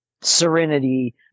Serenity